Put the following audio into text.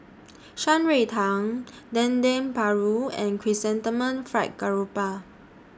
Shan Rui Tang Dendeng Paru and Chrysanthemum Fried Garoupa